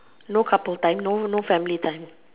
no couple time no no family time